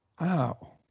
Wow